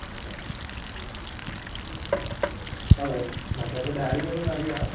അതെ മച്ചാൻ്റെ ഡാഡിക്കുണ്ടെന്ന് അറിയാം